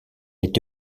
été